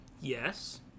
Yes